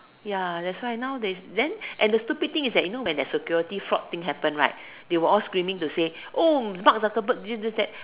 ya that's why now they then and the stupid thing is that you know when the security fault thing happen right they will all screaming to say oh mark the bird this this that